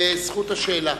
זכות השאלה.